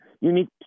unique